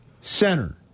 center –